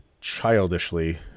childishly